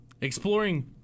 exploring